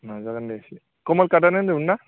नाजागोन दे इसे कमल कातआनो होनदोंमोन ना